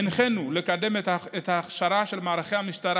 הנחינו לקדם את ההכשרה של מערכי המשטרה